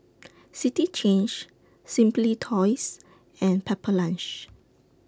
City Change Simply Toys and Pepper Lunch